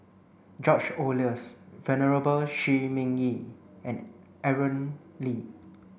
George Oehlers Venerable Shi Ming Yi and Aaron Lee